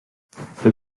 the